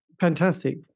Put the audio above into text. fantastic